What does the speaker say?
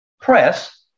press